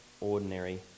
ordinary